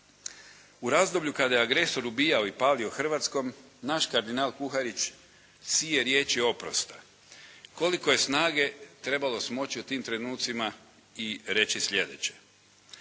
U razdoblju kada je agresor ubijao i palio Hrvatskom, naš kardinal Kuharić sije riječi oprosta. Koliko je snage trebalo smoći u tim trenucima i reći sljedeće: